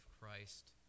Christ